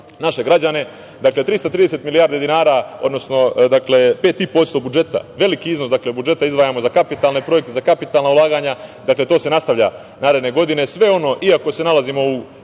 naše građane. Dakle, 330 milijardi dinara, odnosno 5,5% budžeta. Veliki iznos budžeta izdvajamo za kapitalne projekte, za kapitalna ulaganja. Dakle, to se nastavlja naredne godine. Iako se nalazimo u